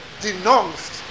denounced